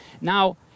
Now